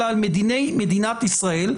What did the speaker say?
אלא מדיני מדינת ישראל,